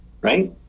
right